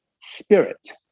spirit